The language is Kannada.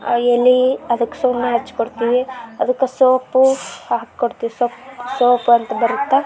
ಆ ಎಲೆ ಅದಕ್ಕೆ ಸುಣ್ಣ ಹಚ್ಕೊಡ್ತೀವಿ ಅದಕ್ಕೆ ಸೋಂಪು ಹಾಕಿ ಕೊಡ್ತೀವ್ ಸೊಪ್ಪು ಸೋಂಪು ಅಂತ ಬರುತ್ತೆ